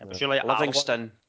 Livingston